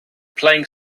playing